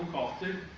of the